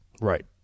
Right